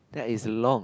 that is long